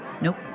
Nope